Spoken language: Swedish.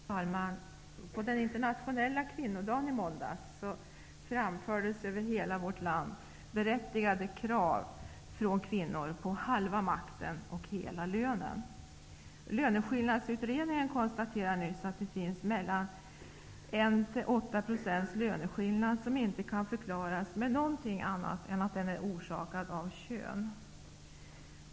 Fru talman! På den internationella kvinnodagen i måndags framfördes över hela vårt land berättigade krav från kvinnor på Halva makten och Hela lönen. Löneskillnadsutredningen konstaterade nyss att det finns 1--8 % löneskillnad som inte kan förklaras med något annat än att den är orsakad av kön.